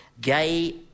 gay